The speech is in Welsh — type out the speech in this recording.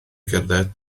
gerdded